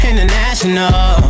International